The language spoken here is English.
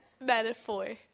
Metaphor